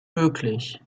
möglich